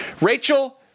Rachel